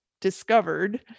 discovered